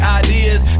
ideas